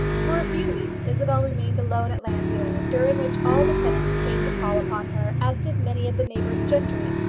for a few weeks isabel remained alone at llanfeare, during which all the tenants came to call upon her, as did many of the neighbouring gentry.